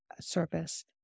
service